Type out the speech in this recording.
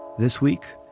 this week,